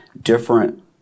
different